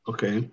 Okay